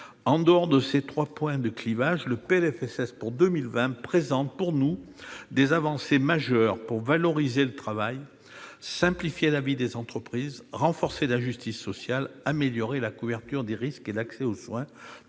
En dehors de ces trois points de clivage, le PLFSS pour 2020 contient des avancées majeures pour valoriser le travail, simplifier la vie des entreprises, renforcer la justice sociale, améliorer la couverture des risques et l'accès aux soins,